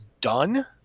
done